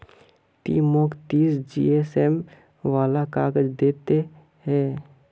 ती मौक तीस जीएसएम वाला काग़ज़ दे ते हैय्